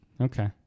okay